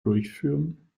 durchführen